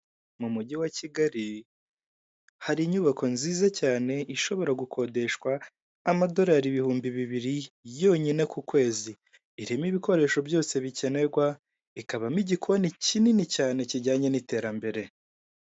Mu mugi wa Kigali, hari inyubako nziza cyane ishobora gukodeshwa amadorali ibihumbi bibiri yonyine ku kwezi, irimo ibikoresho byose bikenerwa, ikabamo igikoni kinini cyane kijyanye n'iterambere.